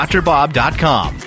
DrBob.com